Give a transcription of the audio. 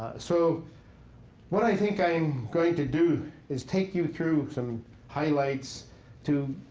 so what i think i am going to do is take you through some highlights to